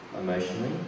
emotionally